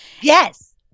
Yes